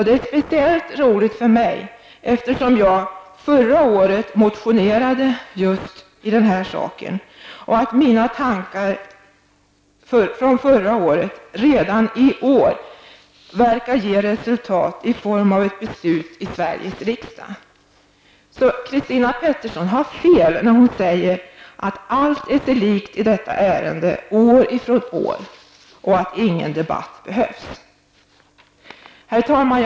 Det är speciellt roligt för mig, eftersom jag förra året motionerade i just den här frågan och eftersom mina tankar från förra året redan i år verkar ge resultat i form av ett beslut i Sveriges riksdag. Christina Pettersson har alltså fel när hon säger att allt är sig likt i detta ärende, att det år från år har varit på samma sätt, och att det inte behövs någon debatt. Herr talman!